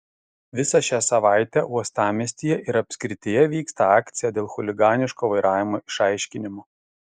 visą šią savaitę uostamiestyje ir apskrityje vyksta akcija dėl chuliganiško vairavimo išaiškinimo